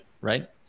right